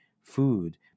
food